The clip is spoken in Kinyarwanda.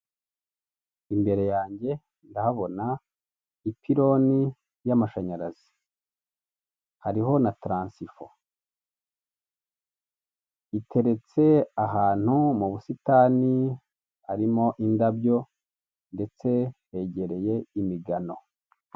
Imbere yanjye ndahabona ipironi y'amashanyarazi hariho taransifo iteretse ahantu mu busitani harimo indabyo ndetse hegereye imigano.